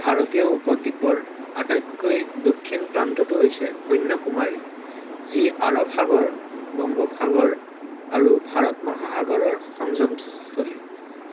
ভাৰতীয় উপদ্বীপৰ আটাইতকৈ দক্ষিণ প্ৰান্তটো হৈছে কন্যাকুমাৰী যি আৰব সাগৰ বংগোপসাগৰ আৰু ভাৰত মহাসাগৰৰ সংযমস্থলী